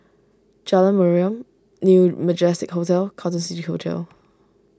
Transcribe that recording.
Jalan Mariam New Majestic Hotel Carlton City Hotel